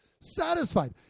satisfied